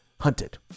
Hunted